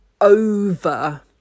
over